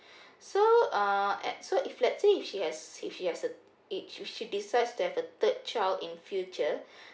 so uh at so if let's say if she has if she has uh if she she decides to have the third child in future